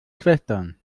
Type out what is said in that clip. schwestern